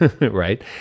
right